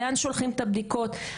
לאן שולחים את הבדיקות.